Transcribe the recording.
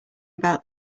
about